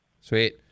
Sweet